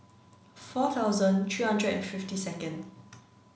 four thousand three hundred and fifty second